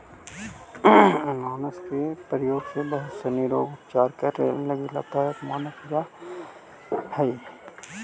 अनानास के प्रयोग बहुत सनी रोग के उपचार करे लगी लाभदायक मानल जा हई